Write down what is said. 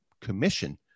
commission